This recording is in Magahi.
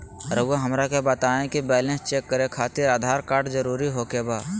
रउआ हमरा के बताए कि बैलेंस चेक खातिर आधार कार्ड जरूर ओके बाय?